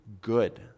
good